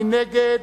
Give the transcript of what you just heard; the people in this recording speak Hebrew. מי נגד?